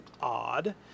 odd